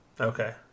Okay